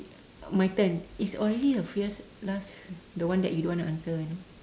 my turn it's already the few last the one that you don't want to answer one